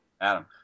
Adam